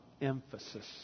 emphasis